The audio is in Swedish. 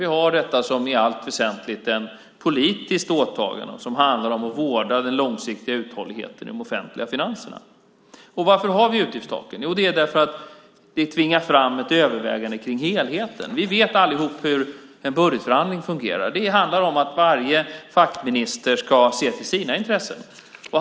Vi har detta i allt väsentligt som ett politiskt åtagande och som handlar om att vårda den långsiktiga uthålligheten i de offentliga finanserna. Varför har vi utgiftstaken? Jo, det är därför att vi tvingar fram ett övervägande kring helheten. Vi vet alla hur en budgetförhandling fungerar. Det handlar om att varje fackminister ska se till sina intressen.